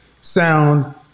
sound